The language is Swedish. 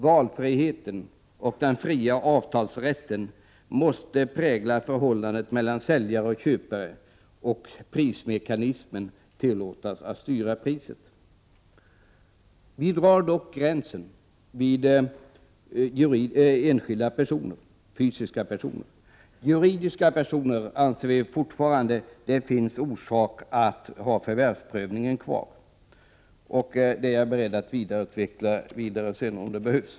Valfriheten och den fria avtalsrätten måste prägla förhållandet mellan säljare och köpare och prismekanismen tillåtas att styra priset. Vi drar dock en klar gräns vid enskilda, fysiska personer. För juridiska personer anser vi fortfarande att det finns orsak att ha förvärvsprövningen kvar. Detta är jag beredd att vidare utveckla senare om det behövs.